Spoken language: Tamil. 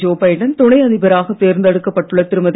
ஜோ பைடன் துணை அதிபராக தேர்ந்தெடுக்கப்பட்டுள்ள திருமதி